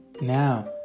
Now